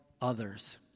others